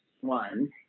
one